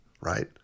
right